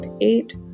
eight